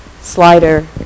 slider